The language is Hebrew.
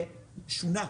זה שונה.